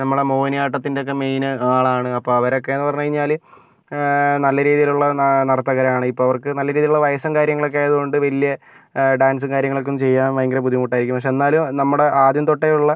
നമ്മളുടെ മോഹിനിയാട്ടത്തിൻ്റെ ഒക്കെ മെയിൻ ആളാണ് അപ്പോൾ അവരൊക്കെ എന്ന് പറഞ്ഞ് കഴിഞ്ഞാൽ നല്ല രീതിയിലുള്ള നൃത്തകരാണ് ഇപ്പോൾ അവർക്ക് നല്ല രീതിയിലുള്ള വയസ്സും കാര്യങ്ങളൊക്കെ ആയതുകൊണ്ട് വലിയ ഡാൻസും കാര്യങ്ങളൊക്കെ ഒന്ന് ചെയ്യാൻ ഭയങ്കര ബുദ്ധിമുട്ടായിരിക്കും പക്ഷെ എന്നാലും നമ്മുടെ ആദ്യം തൊട്ടേ ഉള്ള